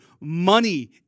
money